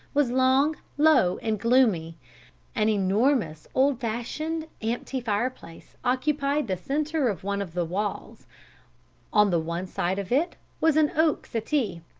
was long, low, and gloomy an enormous, old-fashioned, empty fireplace occupied the centre of one of the walls on the one side of it was an oak settee,